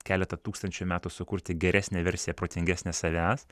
keletą tūkstančių metų sukurti geresnę versiją protingesnę savęs